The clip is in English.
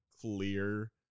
clear